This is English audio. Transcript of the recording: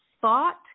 thought